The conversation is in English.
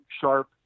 sharp